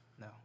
No